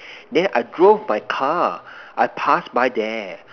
then I drove my car I pass by there